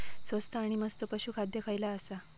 स्वस्त आणि मस्त पशू खाद्य खयला आसा?